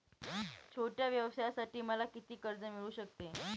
छोट्या व्यवसायासाठी मला किती कर्ज मिळू शकते?